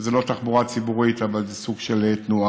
שזו לא תחבורה ציבורית, אבל זה סוג של תנועה,